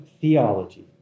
theology